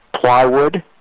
plywood